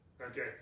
Okay